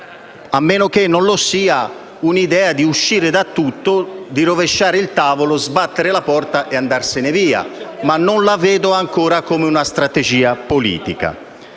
A meno che non lo sia l'idea di uscire da tutto, di rovesciare il tavolo, sbattere la porta e andarsene via. Ma non vedo ancora questa come una strategia politica.